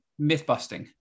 Mythbusting